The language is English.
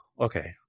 okay